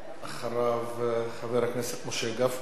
אחריו, חבר הכנסת משה גפני.